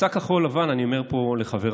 מצע כחול לבן, אני אומר פה לחברי